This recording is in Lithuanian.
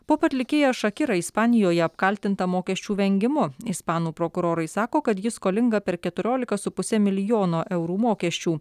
pop atlikėja šakira ispanijoje apkaltinta mokesčių vengimu ispanų prokurorai sako kad ji skolinga per keturiolika su puse milijono eurų mokesčių